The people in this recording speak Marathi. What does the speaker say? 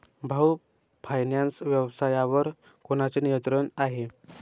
भाऊ फायनान्स व्यवसायावर कोणाचे नियंत्रण आहे?